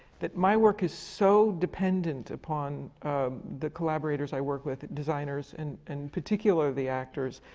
that my work is so dependent upon the collaborators i work with, designers and and particularly actors,